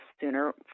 sooner